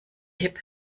hip